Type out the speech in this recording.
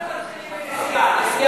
למה לא מתחילים בנשיאה?